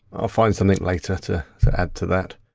i'll find something later to add to that.